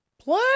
Play